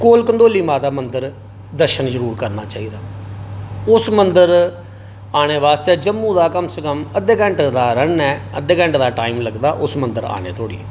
कोल कंढोली माता मंदर दर्शन जरुर करना चाहिदा उस मदंर आने आस्ते जम्मू दा कम से कम अद्धे घंटे दा रन ऐ अद्धे घंटे दा टाइम लगदा उस मंदर आने धोड़ी